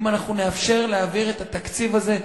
אם אנחנו נאפשר להעביר את התקציב הזה,